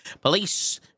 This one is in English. Police